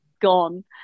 gone